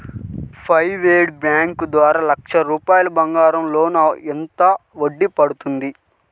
Private bank ద్వారా లక్ష రూపాయలు బంగారం లోన్ ఎంత వడ్డీ పడుతుంది?